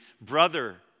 brother